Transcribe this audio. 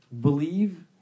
believe